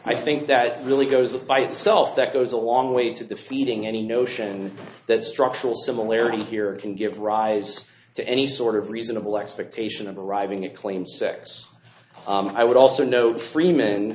i think that really goes by itself that goes a long way to the feeling any notion that structural similarity here can give rise to any sort of reasonable expectation of arriving at claim sex i would also note freeman